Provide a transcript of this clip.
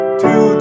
two